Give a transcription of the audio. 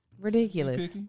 Ridiculous